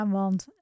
want